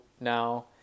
now